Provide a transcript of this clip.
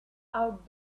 out